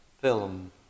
film